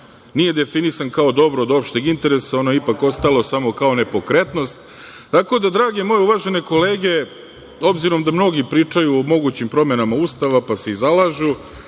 nije definisan kao dobro od opšteg interesa, ono je ipak ostalo samo kao nepokretnost. Tako da, drage moje uvažene kolege, obzirom da mnogi pričaju o mogućim promenama Ustava, pa se i zalažu,